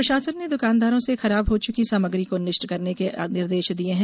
जिला प्रशासन ने दुकानदारों से खराब हो चुकी सामग्री को नष्ट करने के निर्देश दिये हैं